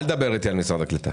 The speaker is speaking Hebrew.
אל תדבר אתי על משרד הקליטה.